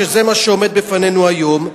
וזה מה שעומד בפנינו היום,